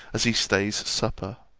as he stays supper.